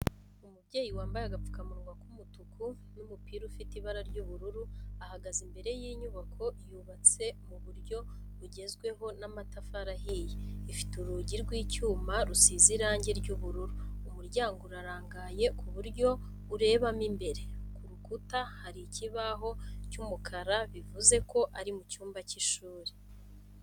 Umubyeyi wambaye agapfukamunwa k'umutuku n'umupira ufite ibara ry'ubururu ahagaze imbere y'inyubako yubatse mu buryo bugezweho n'amatafari ahiye ifite urugi rw'icyuma rusize irangi ry'ubururu, umuryango urarangaye ku buryo urebamo imbere, ku rukuta hari ikibaho cy'umukara bivuze ko ari mu cyumba cy'ishuri.